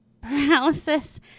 paralysis